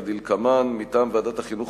כדלקמן: מטעם ועדת החינוך,